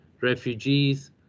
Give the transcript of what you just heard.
refugees